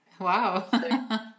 Wow